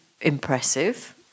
impressive